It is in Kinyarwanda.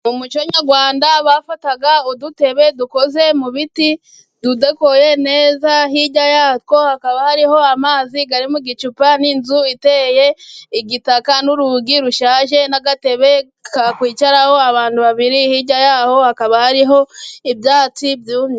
Umuco nyarwanda bafata udutebe dukoze mu biti, tudekoye neza, hirya yatwo hakaba hariho amazi ari mu icupa, n'inzu iteye igitaka n'urugi rushaje n'agatebe kakwicaraho abantu babiri hirya yaho hakaba hariho ibyatsi byumye.